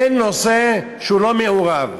אין נושא שהוא לא מעורב בו.